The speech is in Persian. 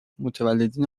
متولدین